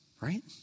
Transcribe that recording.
right